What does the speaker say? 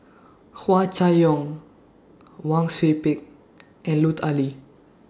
Hua Chai Yong Wang Sui Pick and Lut Ali